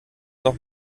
noch